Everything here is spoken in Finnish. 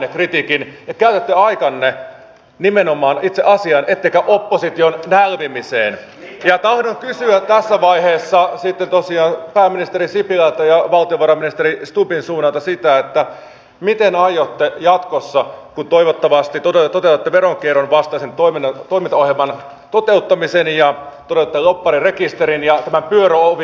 ja samalla totean että kriisinhallintamenot eivät toteudu linja on oikea tässä suhteessa eli tilanteen mukaan on edettävä mutta toivon että miten aiotte jatkossa kun toivottavasti toteutatte veronkierron tässä suhteessa myöskin kyetään pitämään nyt omaksutusta linjasta kiinni